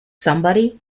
somebody